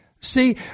See